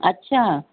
अछा